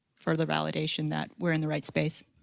furteher validation that we're in the right space.